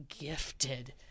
gifted